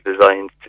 designed